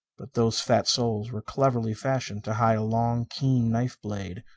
but those fat soles were cleverly fashioned to hide a long, keen knife-blade,